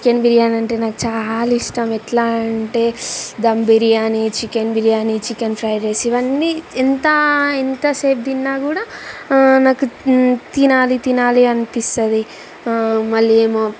chicken బిర్యానంటే నాకు చాలా ఇష్టం ఎట్లా అంటే dum biryani chicken biryani chicken fried rice ఇవన్నీ ఎంతా ఎంతసేపు తిన్నాకూడా నాకు తినాలి తినాలి అనిపిస్తుంది మళ్ళీ ఏమో